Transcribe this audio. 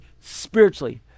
spiritually